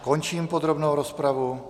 Končím podrobnou rozpravu.